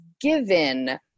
given